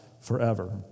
forever